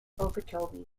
okeechobee